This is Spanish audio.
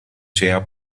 sea